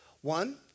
One